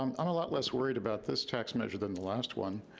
um i'm a lot less worried about this tax measure than the last one.